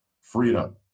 freedom